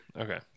okay